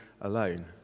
alone